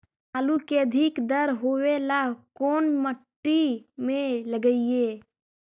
आलू के अधिक दर होवे ला कोन मट्टी में लगीईऐ?